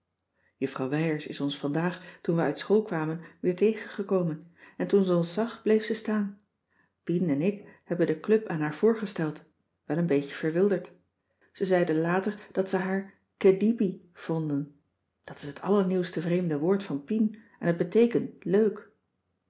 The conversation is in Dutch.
juffrouw wijers is ons vandaag toen we uit school kwamen weer tegengekomen en toen ze ons zag bleef ze staan pien en ik hebben de club aan haar voorgesteld wel een beetje verwilderd ze zeiden later dat ze haar kedibi vonden dat is het allernieuwste vreemde woord van pien en t beteekent leuk